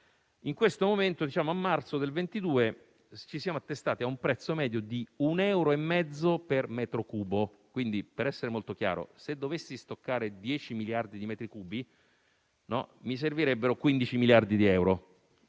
In questo momento, a marzo del 2022, ci siamo attestati a un prezzo medio di 1,50 euro per metro cubo. Quindi, per essere molto chiaro, se dovessi stoccare 10 miliardi di metri cubi, mi servirebbero 15 miliardi di euro.